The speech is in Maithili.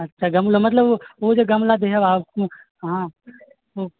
अच्छा गमला मतलब ओ जे गमला देहब अहाँ ओ